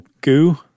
goo